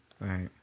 Right